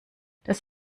das